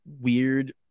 weird